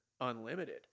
unlimited